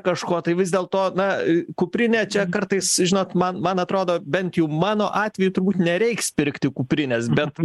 kažko tai vis dėlto na kuprinė čia kartais žinot man man atrodo bent jau mano atveju turbūt nereiks pirkti kuprinės bet